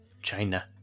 China